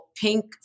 pink